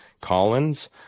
collins